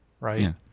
right